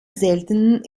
seltenen